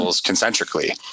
concentrically